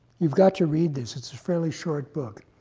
you've got to read this. it's a fairly short book.